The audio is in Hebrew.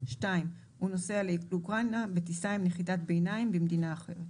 (2)הוא נוסע לאוקראינה בטיסה עם נחיתת ביניים במדינה אחרת."